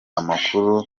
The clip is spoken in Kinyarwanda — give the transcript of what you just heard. amakuru